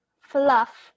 fluff